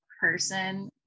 person